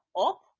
up